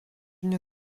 nie